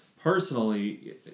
Personally